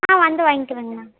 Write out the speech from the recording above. ஆ வந்து வாங்க்கிறேங்கண்ணா